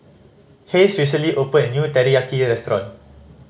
Hays recently opened a new Teriyaki Restaurant